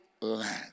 land